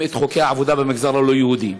את חוקי העבודה במגזר הלא-יהודי.